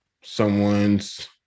someone's